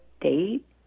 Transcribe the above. date